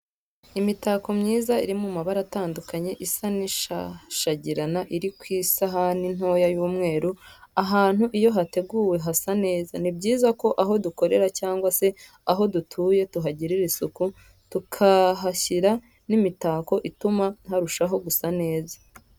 Imitako myiza iri mu mabara atanduka isa n'ishashagirana iri kw'isahani ntoya y'umweru, ahantu iyo hateguye hasa neza, ni byiza ko aho dukorera cyangwa se aho dutuye tuhagirira isuku tukahashyira n' imitako ituma harushaho gusa neza.